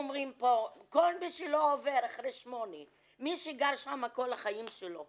מי שגר שם כל החיים שלו,